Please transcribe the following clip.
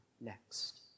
next